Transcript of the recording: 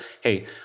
Hey